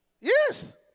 Yes